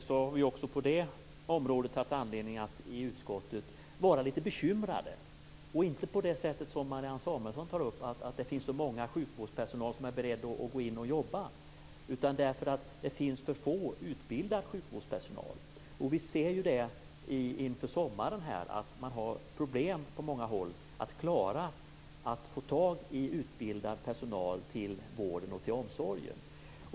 Vi har också på det området haft anledning att vara litet bekymrade, men inte på sätt som Marianne Samuelsson, att det finns så många bland sjukvårdspersonal som är beredda att börja jobba utan därför att det finns för få utbildade. Vi ser det inför sommaren. På många håll har man problem med att få tag i utbildad personal till vården och omsorgen.